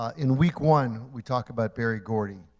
in week one, we talk about berry gordy.